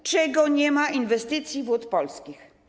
Dlaczego nie ma inwestycji Wód Polskich?